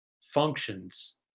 functions